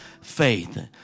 faith